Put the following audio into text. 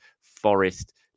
Forest